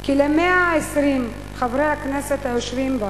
כי ל-120 חברי הכנסת היושבים בה